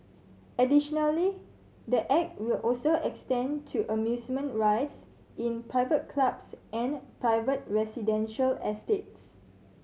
additionally the Act will also extend to amusement rides in private clubs and private residential estates